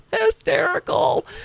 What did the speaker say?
hysterical